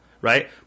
right